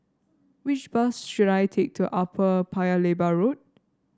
which bus should I take to Upper Paya Lebar Road